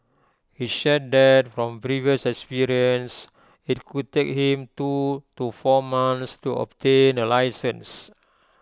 he shared that from previous experience IT could take him two to four months to obtain A licence